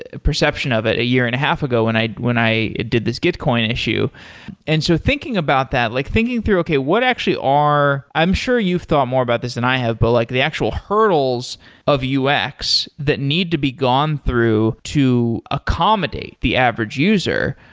ah perception of it a year and a half ago and when i did this gitcoin issue and so thinking about that, like thinking through okay, what actually are i'm sure you've thought more about this than i have, but like the actual hurdles of ux that need to be gone through to accommodate the average user.